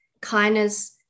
kindness